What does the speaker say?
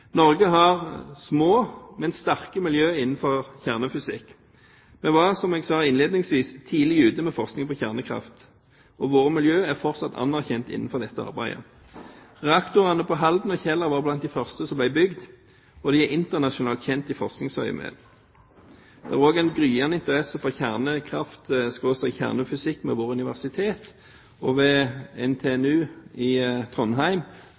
Norge. Norge har små, men sterke miljøer innenfor kjernefysikk. Vi var, som jeg sa innledningsvis, tidlig ute med forskning på kjernekraft, og våre miljøer er fortsatt anerkjent innenfor dette arbeidet. Reaktorene på Halden og Kjeller var blant de første som ble bygd, og de er internasjonalt kjent i forskningsøyemed. Det er også en gryende interesse for kjernekraft/kjernefysikk ved våre universitet, og ved NTNU i Trondheim